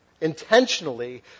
intentionally